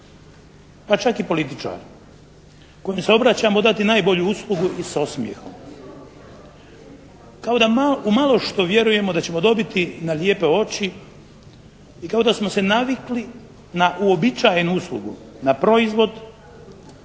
pa čak i političar kojem se obraćamo, dati najbolju uslugu i s osmijehom. Kao da u malo što vjerujemo da ćemo dobiti na lijepe oči i kao da smo se navikli na uobičajenu uslugu, na proizvod